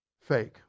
Fake